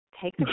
Take